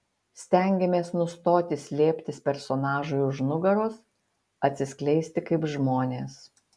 stengiamės nustoti slėptis personažui už nugaros atsiskleisti kaip žmonės